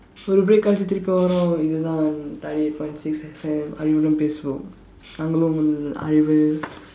ஒரு:oru break கழிச்சு திருப்பி வருவோம் இதுதான்:kazhichsu thiruppi varuvoom ithuthaan ninety eight point six F_M அறிவுடன் பேசும்வோம் நாங்கள் உங்கள் அறிவு:arivudan peesuvoom naangkal ungkal arivu